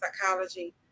psychology